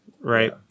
Right